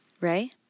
Ray